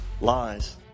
Lies